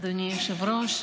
אדוני היושב-ראש,